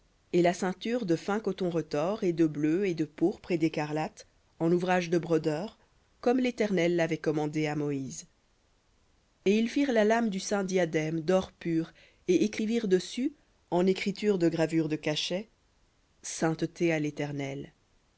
et la ceinture de fin coton retors et de bleu et de pourpre et d'écarlate en ouvrage de brodeur comme l'éternel l'avait commandé à moïse et ils firent la lame du saint diadème d'or pur et écrivirent dessus en écriture de gravure de cachet sainteté à l'éternel